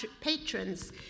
patrons